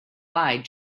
lied